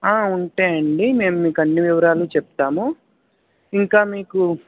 ఆ ఉంటాయండి మేం మీకు అన్ని వివరాలు చెప్తాము ఇంకా మీకు